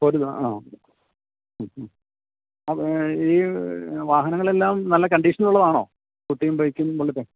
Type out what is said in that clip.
അപ്പം ഒരു ആ ഈ വാഹനങ്ങൾ എല്ലാം നല്ല കണ്ടീഷനുള്ളതാണോ സ്കൂട്ടിയും ബൈക്കും ബുള്ളറ്റെ